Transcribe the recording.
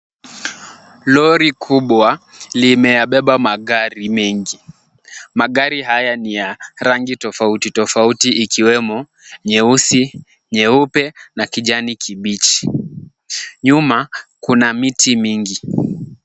Lori kubwa limeyabeba magari mengi. Magari haya ni ya rangi tofauti tofauti ikiwemo nyeusi, nyeupe na kijani kibichi. Nyuma kuna miti mingi.